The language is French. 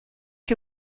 que